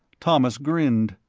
thomas grinned.